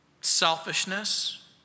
selfishness